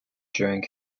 during